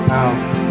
out